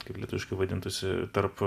kaip lietuviškai vadintųsi tarp